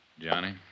Johnny